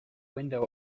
window